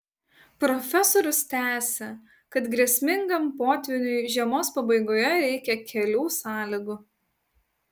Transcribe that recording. profesorius tęsia kad grėsmingam potvyniui žiemos pabaigoje reikia kelių sąlygų